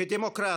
כדמוקרט,